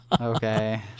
Okay